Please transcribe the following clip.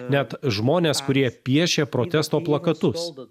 net žmones kurie piešė protesto plakatus